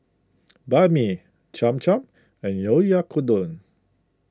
Banh Mi Cham Cham and Oyakodon